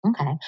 Okay